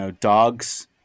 dogs